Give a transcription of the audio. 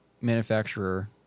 manufacturer